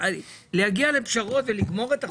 להגיע לפשרות ולגמור את החוק.